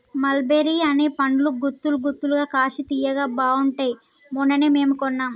మల్ బెర్రీ అనే పండ్లు గుత్తులు గుత్తులుగా కాశి తియ్యగా బాగుంటాయ్ మొన్ననే మేము కొన్నాం